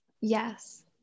yes